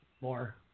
More